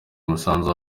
umusanzu